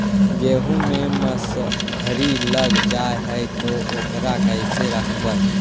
गेहू मे सुरही लग जाय है ओकरा कैसे रखबइ?